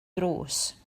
drws